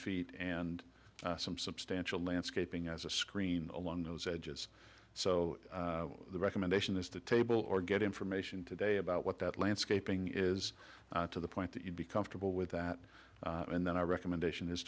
feet and some substantial landscaping as a screen along those edges so the recommendation is to table or get information today about what that landscaping is to the point that you'd be comfortable with that and then our recommendation